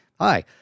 Hi